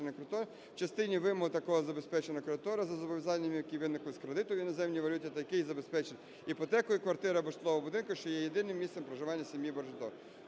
у частині вимог такого забезпеченого кредитора за зобов'язаннями, які виникли з кредитів в іноземній валюті та які є забезпечені іпотекою квартири або житлового будинку, що є єдиним місцем проживання сім'ї боржників.